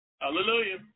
Hallelujah